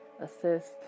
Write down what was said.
assist